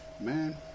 Man